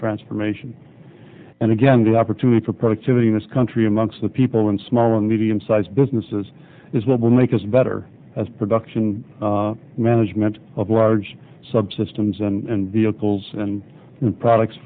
transformation and again the opportunity for productivity in this country amongst the people in small and medium sized businesses is what will make us better as production management of large subsystems and vehicles and products